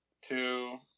two